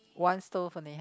one stove only